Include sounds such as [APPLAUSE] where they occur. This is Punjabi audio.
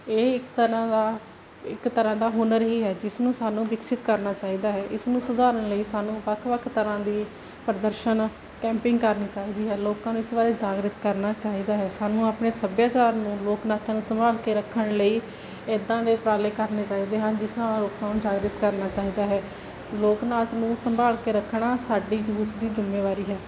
ਇਹ ਇੱਕ ਤਰ੍ਹਾਂ ਦਾ ਇੱਕ ਤਰ੍ਹਾਂ ਦਾ ਹੁਨਰ ਹੀ ਹੈ ਜਿਸ ਨੂੰ ਸਾਨੂੰ ਵਿਕਸਿਤ ਕਰਨਾ ਚਾਹੀਦਾ ਹੈ ਇਸ ਨੂੰ ਸੁਧਾਰਨ ਲਈ ਸਾਨੂੰ ਵੱਖ ਵੱਖ ਤਰ੍ਹਾਂ ਦੀ ਪ੍ਰਦਰਸ਼ਨ ਕੈਂਪਿੰਗ ਕਰਨੀ ਚਾਹੀਦੀ ਹੈ ਲੋਕਾਂ ਨੂੰ ਇਸ ਬਾਰੇ ਜਾਗਰਿਤ ਕਰਨਾ ਚਾਹੀਦਾ ਹੈ ਸਾਨੂੰ ਆਪਣੇ ਸੱਭਿਆਚਾਰ ਨੂੰ ਲੋਕ ਨਾਥਨ ਸੰਭਾਲ ਕੇ ਰੱਖਣ ਲਈ ਇਦਾਂ ਦੇ ਉਪਰਾਲੇ ਕਰਨੇ ਚਾਹੀਦੇ ਹਨ ਜਿਸ ਨਾਲ ਲੋਕਾਂ ਨੂੰ ਜਾਗਰੂਕ ਕਰਨਾ ਚਾਹੀਦਾ ਹੈ ਲੋਕ ਨਾਚ ਨੂੰ ਸੰਭਾਲ ਕੇ ਰੱਖਣਾ ਸਾਡੀ [UNINTELLIGIBLE] ਦੀ ਜ਼ਿੰਮੇਵਾਰੀ ਹੈ